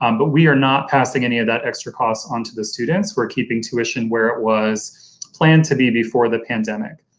um but we are not passing any of that extra cost on to the students. we're keeping tuition where it was planned to be before the pandemic.